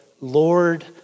Lord